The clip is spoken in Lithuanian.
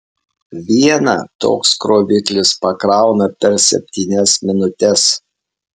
vieną toks kroviklis pakrauna per septynias minutes